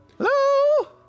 Hello